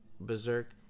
berserk